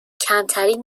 کمترین